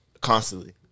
constantly